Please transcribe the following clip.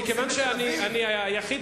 אני מציע,